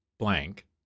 Blank